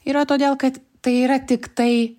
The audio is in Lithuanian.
yra todėl kad tai yra tik tai